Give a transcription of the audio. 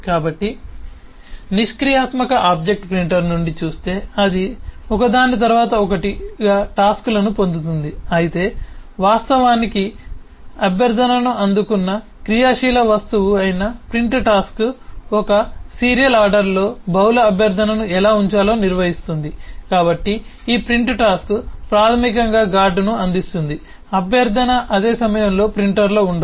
కాబట్టి నిష్క్రియాత్మక object printer నుండి చూస్తే అది ఒకదాని తరువాత ఒకటిగా టాస్క్లను పొందుతుంది అయితే వాస్తవానికి అభ్యర్థనను అందుకున్న క్రియాశీల వస్తువు అయిన ప్రింట్ టాస్క్ ఒక సీరియల్ ఆర్డర్లో బహుళ అభ్యర్థనను ఎలా ఉంచాలో నిర్వహిస్తుంది కాబట్టి ఈ ప్రింట్ టాస్క్ ప్రాథమికంగా గార్డును అందిస్తుంది అభ్యర్థన అదే సమయంలో ప్రింటర్లో ఉండదు